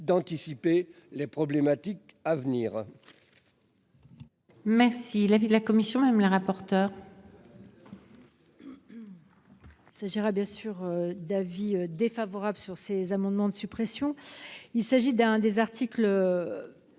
d'anticiper les problématiques à venir.